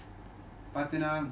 பத்தின:paathina